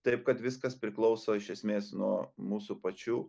taip kad viskas priklauso iš esmės nuo mūsų pačių